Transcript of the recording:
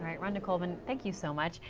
rhonda colvin. thank you so much.